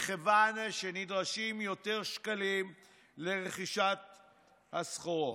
מכיוון שנדרשים יותר שקלים לרכישת הסחורות.